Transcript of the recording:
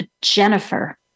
Jennifer